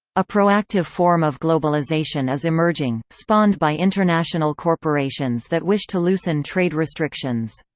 a proactive form of globalization is emerging, spawned by international corporations that wish to loosen trade restrictions.